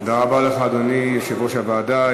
תודה רבה לך, אדוני יושב-ראש הוועדה.